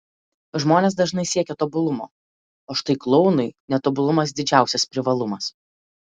žmonės dažnai siekia tobulumo o štai klounui netobulumas didžiausias privalumas